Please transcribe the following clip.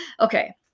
Okay